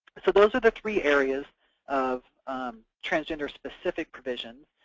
so those are the three areas of transgender-specific provisions.